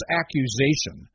accusation